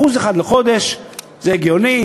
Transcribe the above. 1% לחודש זה הגיוני,